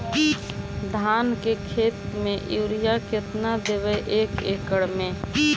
धान के खेत में युरिया केतना देबै एक एकड़ में?